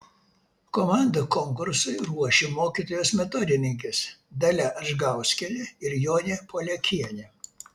komandą konkursui ruošė mokytojos metodininkės dalia adžgauskienė ir jonė poliakienė